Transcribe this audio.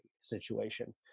situation